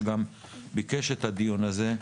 שגם ביקש את הדיון הזה,